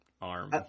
arm